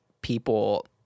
people